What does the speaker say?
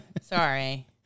sorry